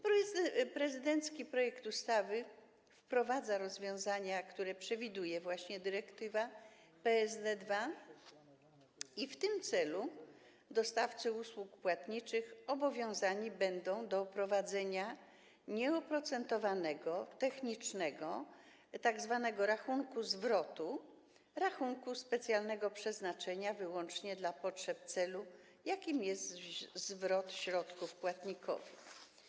Prezydencki projekt ustawy wprowadza rozwiązania, które przewiduje właśnie dyrektywa PSD2, i w tym celu dostawcy usług płatniczych obowiązani będą do prowadzenia nieoprocentowanego, technicznego tzw. rachunku zwrotu - rachunku specjalnego przeznaczenia wyłącznie dla celu, jakim jest zwrot środków płatnikowi.